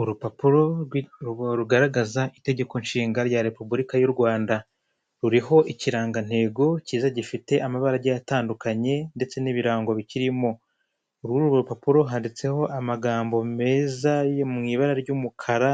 Urupapuro rugaragaza itegeko nshinga rya Repubulika y'u Rwanda, ruriho ikirangantego cyiza gifite amabara atandukanye ndetse n'ibirango bikirimo muri urwo rupapuro. Handitseho amagambo meza yo mu ibara ry'umukara